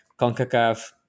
CONCACAF